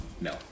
No